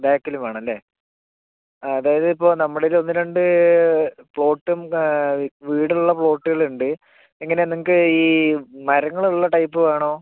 ബേക്കിൽ വേണം അല്ലേ അതായതിപ്പോൾ നമ്മളൊരു ഒന്നു രണ്ട് പ്ലോട്ടും വീടുള്ള പ്ലോട്ടുകളുണ്ട് എങ്ങനെയാണ് നിങ്ങൾക്ക് ഈ മരങ്ങളുള്ള ടൈപ്പ് വേണോ